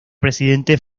presidente